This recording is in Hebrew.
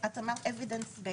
evidence based